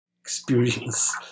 experience